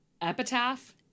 Epitaph